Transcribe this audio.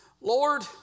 Lord